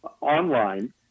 online